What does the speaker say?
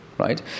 Right